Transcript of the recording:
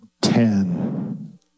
Ten